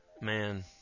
Man